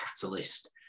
catalyst